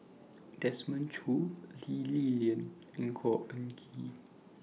Desmond Choo Lee Li Lian and Khor Ean Ghee